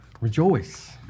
Rejoice